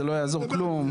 זה לא יעזור כלום".